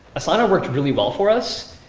asana worked really well for us.